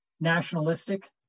nationalistic